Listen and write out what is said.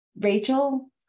Rachel